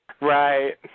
Right